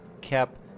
kept